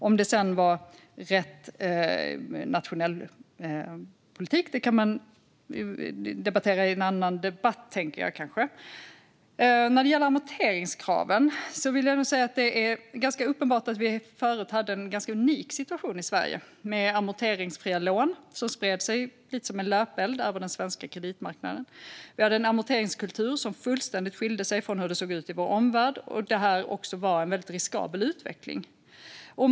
Om det var rätt nationell politik kan man kanske debattera i en annan debatt, tänker jag. När det gäller amorteringskravet är det uppenbart att vi förut hade en ganska unik situation i Sverige. Amorteringsfria lån spreds lite som en löpeld över den svenska kreditmarknaden. Vi hade en amorteringskultur som skiljde sig fullständigt från hur det såg ut i vår omvärld. Det var också en riskabel utveckling.